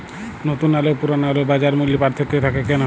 নতুন আলু ও পুরনো আলুর বাজার মূল্যে পার্থক্য থাকে কেন?